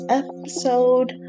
episode